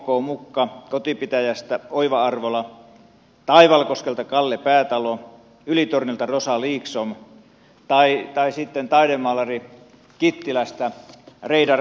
mukka kotipitäjästä oiva arvola taivalkoskelta kalle päätalo yli torniolta rosa liksom tai sitten kittilästä taidemaalari reidar särestöniemi